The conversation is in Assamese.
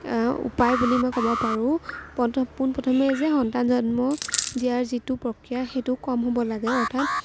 উপায় বুলি মই ক'ব পাৰোঁ পোন প্ৰথমেই যে সন্তান জন্ম দিয়াৰ যিটো প্ৰক্ৰিয়া সেইটো কম হ'ব লাগে অৰ্থাৎ